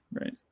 right